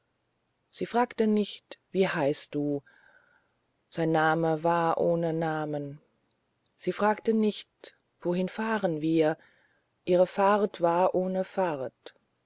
sie fragte nicht wie heißt du sein name war ohne namen sie fragte nicht wohin fahren wir ihre fahrt war ohne fahrt